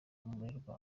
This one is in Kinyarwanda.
umurerwa